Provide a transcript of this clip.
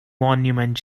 monument